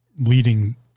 leading